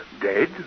Dead